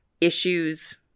issues